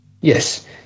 yes